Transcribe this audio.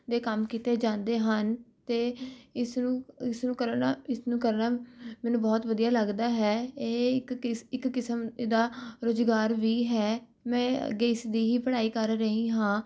ਦੇ ਕੰਮ ਕੀਤੇ ਜਾਂਦੇ ਹਨ ਅਤੇ ਇਸ ਨੂੰ ਇਸ ਨੂੰ ਕਰਨਾ ਇਸ ਨੂੰ ਕਰਨਾ ਮੈਨੂੰ ਬਹੁਤ ਵਧੀਆ ਲੱਗਦਾ ਹੈ ਇਹ ਇੱਕ ਕਿਸ ਇੱਕ ਕਿਸਮ ਦਾ ਰੁਜ਼ਗਾਰ ਵੀ ਹੈ ਮੈਂ ਅੱਗੇ ਇਸਦੀ ਹੀ ਪੜ੍ਹਾਈ ਕਰ ਰਹੀ ਹਾਂ